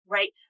Right